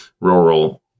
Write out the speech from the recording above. rural